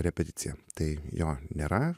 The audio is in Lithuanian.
repeticiją tai jo nėra